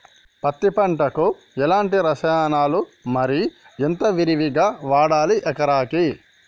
పత్తి పంటకు ఎలాంటి రసాయనాలు మరి ఎంత విరివిగా వాడాలి ఎకరాకి?